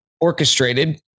orchestrated